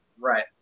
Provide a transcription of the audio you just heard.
Right